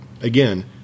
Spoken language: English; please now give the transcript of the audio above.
Again